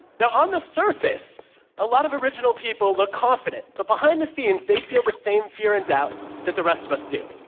now, on the surface, a lot of original people look confident, but behind the scenes, they feel the same fear and doubt that the rest of us do.